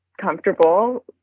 comfortable